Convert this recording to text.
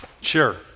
Sure